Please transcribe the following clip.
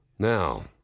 Now